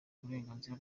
uburenganzira